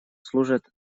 служат